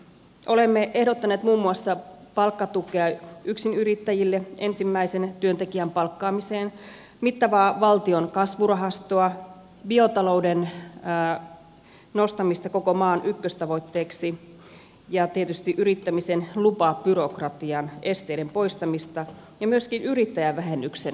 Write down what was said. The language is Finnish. olemme ehdottaneet muun muassa palkkatukea yksinyrittäjille ensimmäisen työntekijän palkkaamiseen mittavaa valtion kasvurahastoa biotalouden nostamista koko maan ykköstavoitteeksi ja tietysti yrittämisen lupabyrokratian esteiden poistamista ja myöskin yrittäjävähennyksen käyttöönottoa